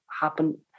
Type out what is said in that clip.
happen